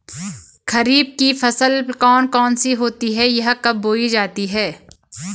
खरीफ की फसल कौन कौन सी होती हैं यह कब बोई जाती हैं?